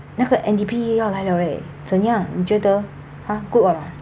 那个 N_D_P 要来 liao 怎样你觉得 ha good or not